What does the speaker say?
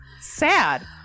Sad